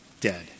dead